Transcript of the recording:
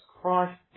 Christ